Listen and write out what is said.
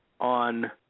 on